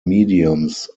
mediums